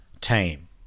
team